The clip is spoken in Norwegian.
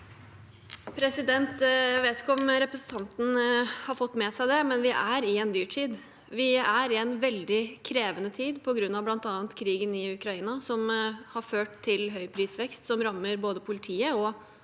Jeg vet ikke om re- presentanten har fått det med seg, men vi er i en dyrtid. Vi er i en veldig krevende tid på grunn av bl.a. krigen i Ukraina, som har ført til høy prisvekst som rammer både politiet og